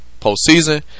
postseason